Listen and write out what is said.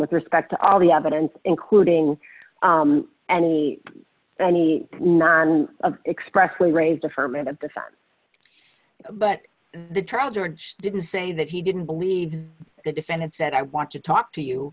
with respect to all the evidence including any any not expressly raised affirmative defense but the trial george didn't say that he didn't believe the defendant said i want to talk to you